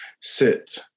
sit